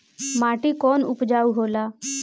माटी कौन उपजाऊ होला?